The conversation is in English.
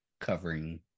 covering